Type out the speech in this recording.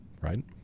right